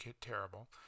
terrible